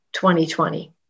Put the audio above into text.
2020